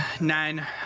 Nine